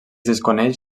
desconeix